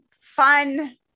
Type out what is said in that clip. fun